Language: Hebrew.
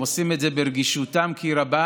הם עושים את זה ברגישותם כי רבה.